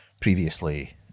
previously